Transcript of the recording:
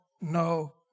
no